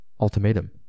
Ultimatum